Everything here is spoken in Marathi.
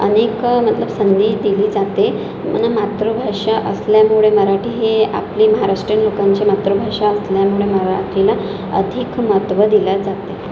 अनेक मतलब संधी दिली जाते म्हणून मातृभाषा असल्यामुळे मराठी ही आपली महाराष्ट्रीयन लोकांची मातृभाषा असल्यामुळे मराठीला अधिक महत्व दिल्या जाते